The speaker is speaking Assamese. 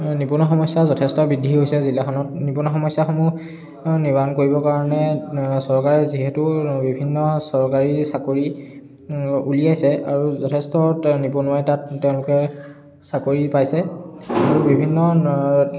নিবনুৱা সমস্যা যথেষ্ট বৃদ্ধি হৈছে জিলাখনত নিবনুৱা সমস্যাসমূহ নিবাৰণ কৰিবৰ কাৰণে চৰকাৰে যিহেতু বিভিন্ন চৰকাৰী চাকৰি উলিয়াইছে আৰু যথেষ্ট নিবনুৱাই তাত তেওঁলোকে চাকৰি পাইছে আৰু বিভিন্ন